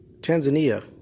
Tanzania